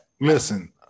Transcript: Listen